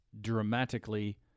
dramatically